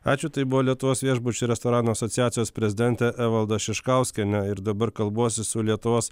ačiū tai buvo lietuvos viešbučių ir restoranų asociacijos prezidentė evalda šiškauskienė ir dabar kalbuosi su lietuvos